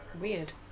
Weird